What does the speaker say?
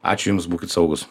ačiū jums būkit saugūs